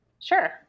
sure